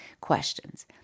questions